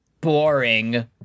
boring